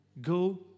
go